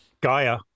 Gaia